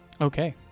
Okay